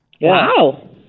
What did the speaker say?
Wow